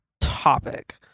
topic